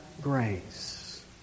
grace